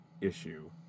issue